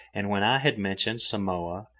and when i had mentioned samoa,